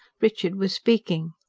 richard was speaking.